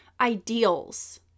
ideals